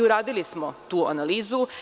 Uradili smo tu analizu.